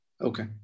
Okay